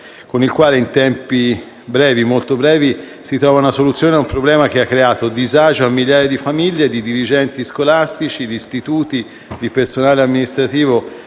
con il quale in tempi molti brevi si trova una soluzione a un problema che ha creato disagio a migliaia di famiglie, ai dirigenti scolastici degli istituti, al personale amministrativo